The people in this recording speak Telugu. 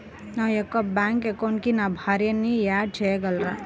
నా యొక్క బ్యాంక్ అకౌంట్కి నా భార్యని యాడ్ చేయగలరా?